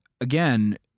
again